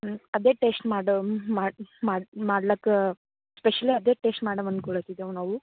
ಹ್ಞೂ ಅದೇ ಟೇಶ್ಟ್ ಮಾಡಣ್ ಮಾಡಿ ಮಾಡಿ ಮಾಡ್ಲಿಕ್ಕ ಸ್ಪೆಷಲಿ ಅದೇ ಟೇಶ್ಟ್ ಮಾಡಣ್ ಅನ್ಕೊಳತ್ತಿದ್ದೇವೆ ನಾವು